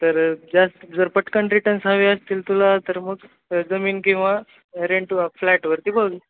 तर जास्त जर पटकन रिटर्न्स हवी असतील तुला तर मग जमीन किंवा रेंट फ्लॅट वरती बघ